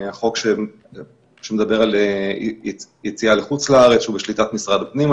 החוק שמדבר על יציאה לחוץ-לארץ שהוא בשליטת משרד הפנים,